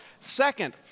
second